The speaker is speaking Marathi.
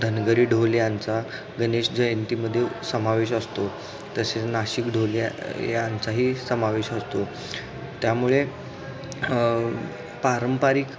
धनगरी ढोल यांचा गणेश जयंतीमध्ये समावेश असतो तसेच नाशिक ढोल या यांचाही समावेश असतो त्यामुळे पारंपरिक